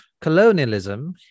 colonialism